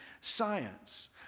science